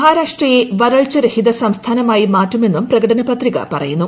മഹാരാഷ്ട്രയെ വരൾച്ച രഹിത സംസ്ഥാനമായി മാറ്റുമെന്നും പ്രകടന പത്രിക പറയുന്നു